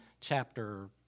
chapter